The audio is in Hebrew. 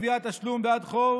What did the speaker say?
גביית תשלום בעד חוב